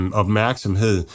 opmærksomhed